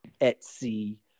Etsy